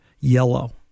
yellow